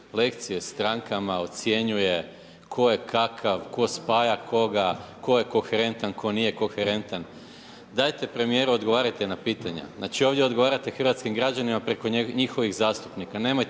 lekcije strankama, ocjenjuje tko je kakav, tko spaja koga, tko je koherentan, tko nije koherentan. Dajte premijeru odgovarajte na pitanja. Znači, odgovarate hrvatskim građanima preko njihovih zastupnika